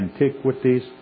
Antiquities